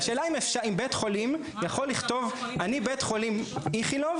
השאלה אם בית חולים יכול לכתוב: אני בית חולים איכילוב